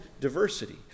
diversity